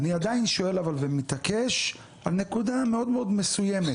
אבל אני עדיין שואל ומתעקש על נקודה מאוד מאוד מסוימת.